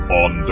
on